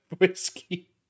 whiskey